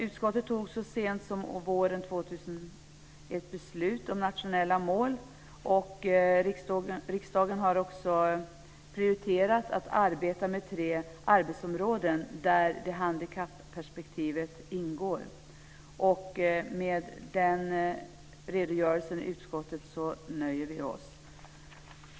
Utskottet antog så sent som våren 2001 de nationella målen, och riksdagen har också prioriterat att arbeta med tre arbetsområden där handikapperspektivet ingår. Med den redogörelsen i utskottet nöjer vi oss.